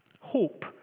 Hope